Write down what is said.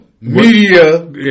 media